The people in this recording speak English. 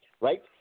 right